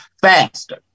faster